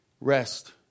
rest